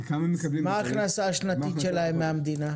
מה ההכנסה שלהם מהמדינה?